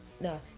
no